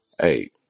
Hey